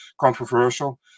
controversial